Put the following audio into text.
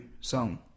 song